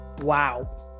Wow